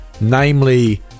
namely